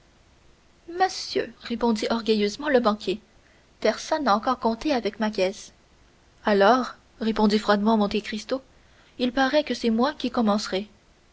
monsieur répondit orgueilleusement le banquier personne n'a encore compté avec ma caisse alors répondit froidement monte cristo il paraît que c'est moi qui commencerai